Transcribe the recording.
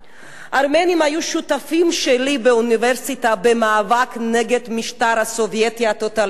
ארמנים היו שותפים שלי באוניברסיטה במאבק נגד המשטר הסובייטי הטוטליטרי,